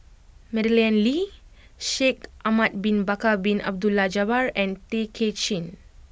Madeleine Lee Shaikh Ahmad Bin Bakar Bin Abdullah Jabbar and Tay Kay Chin